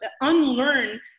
unlearn